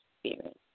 Spirit